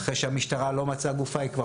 אחרי שהמשטרה לא מצאה גופה והיא כבר